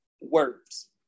words